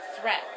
threat